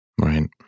Right